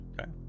Okay